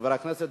חבר הכנסת